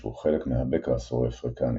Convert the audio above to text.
שהוא חלק מהבקע הסורי-אפריקני.